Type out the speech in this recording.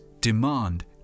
demand